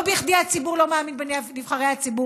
לא בכדי הציבור לא מאמין בנבחרי הציבור.